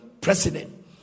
president